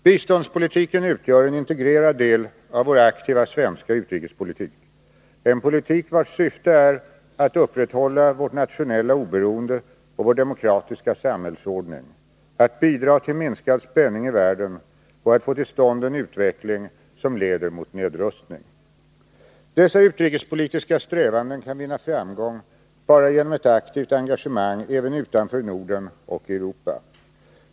Biståndspolitiken utgör en integrerad del av vår aktiva svenska utrikespolitik, en politik vars syfte är att upprätthålla vårt nationella oberoende och vår demokratiska samhällsordning, att bidra till minskad spänning i världen och att få till stånd en utveckling som leder mot nedrustning. Dessa utrikespolitiska strävanden kan vinna framgång bara genom ett aktivt engagemang även utanför Norden och Europa.